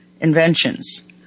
inventions